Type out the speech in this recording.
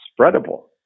spreadable